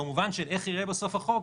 במובן של איך ייראה בסוף החוק,